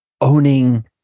owning